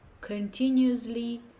continuously